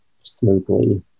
smoothly